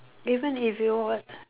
even if you were